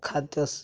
ଖାଦ୍ୟ